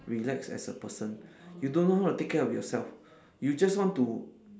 relax as a person you don't know how to take care of yourself you just want to